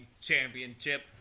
championship